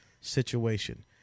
situation